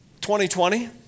2020